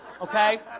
Okay